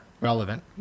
relevant